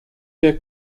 der